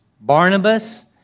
Barnabas